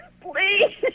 please